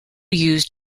used